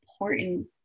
important